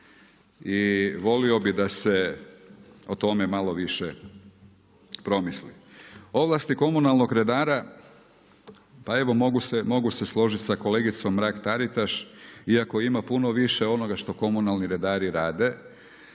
i volio bi da se o tome malo više promisli. Ovlasti komunalnog redara, pa evo mogu se složiti sa kolegicom Mrak-Taritaš, iako ima puno više onoga što komunalni redari rade